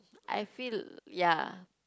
I feel ya